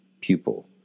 Pupil